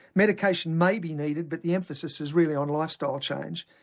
medication may be needed but the emphasis is really on lifestyle change.